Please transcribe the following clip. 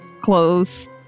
clothes